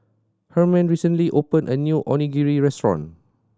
Hermine recently opened a new Onigiri Restaurant